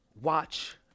watch